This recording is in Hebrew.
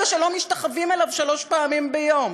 שלא משתחווים אליו שלוש פעמים ביום,